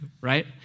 right